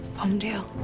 palmdale.